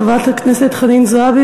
חברת הכנסת חנין זועבי,